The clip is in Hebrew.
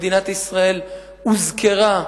מדינת ישראל הוזכרה,